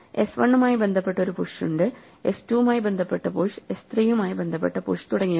S 1 മായി ബന്ധപ്പെട്ട ഒരു പുഷ് ഉണ്ട് എസ് 2 ആയി ബന്ധപ്പെട്ട പുഷ് എസ് 3 യുമായി ബന്ധപ്പെട്ട പുഷ് തുടങ്ങിയവ